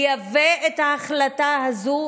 לייבא את ההחלטה הזאת,